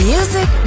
Music